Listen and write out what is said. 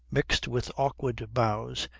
mixed with awkward bows,